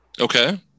Okay